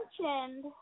mentioned